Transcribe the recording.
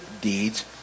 deeds